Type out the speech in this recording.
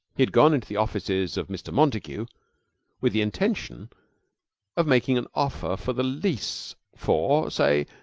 he had gone into the offices of mr. montague with the intention of making an offer for the lease for, say,